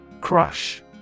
Crush